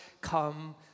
Come